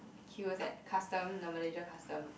queues at custom the Malaysia custom